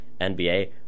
NBA